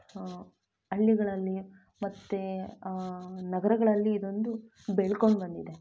ಹಳ್ಳಿಗಳಲ್ಲಿ ಮತ್ತು ನಗರಗಳಲ್ಲಿ ಇದೊಂದು ಬೆಳ್ಕೊಂಡು ಬಂದಿದೆ